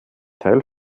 teil